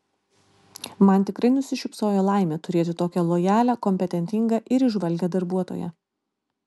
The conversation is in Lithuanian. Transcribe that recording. man tikrai nusišypsojo laimė turėti tokią lojalią kompetentingą ir įžvalgią darbuotoją